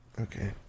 Okay